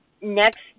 next